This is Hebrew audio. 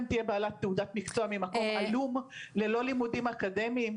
תהיה בעלת תעודת מקצוע ממקום עלום ללא לימודים אקדמיים?